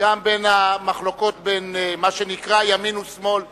גם המחלוקות בין מה שנקרא ימין לשמאל בישראל,